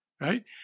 right